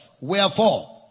wherefore